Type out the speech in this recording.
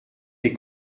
des